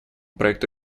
проекту